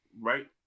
right